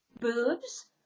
boobs